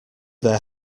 their